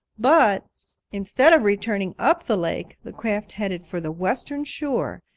but instead of returning up the lake the craft headed for the western shore,